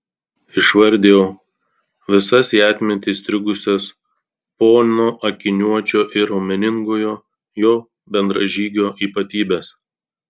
išvardijau visas į atmintį įstrigusias pono akiniuočio ir raumeningojo jo bendražygio ypatybes